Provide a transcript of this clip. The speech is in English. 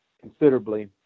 considerably